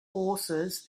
forces